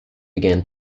began